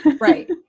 Right